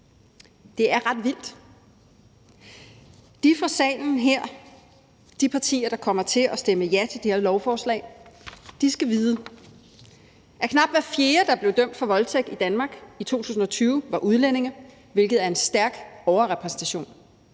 Det er ret vildt. De partier i salen her, der kommer til at stemme ja til det her lovforslag, skal vide, at knap hver fjerde, der blev dømt for voldtægt i Danmark i 2020, var udlænding, hvilket er en stærk overrepræsentation.